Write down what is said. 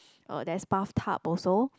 uh there's bathtub also